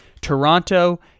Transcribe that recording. Toronto